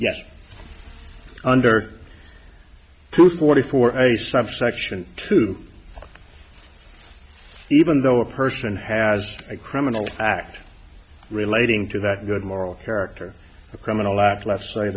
yes under two forty four a subsection two even though a person has a criminal act relating to that good moral character a criminal act let's say